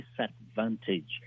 disadvantage